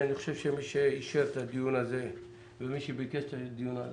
אני חושב שמי שאישר את הדיון הזה ומי שביקש את הדיון הזה,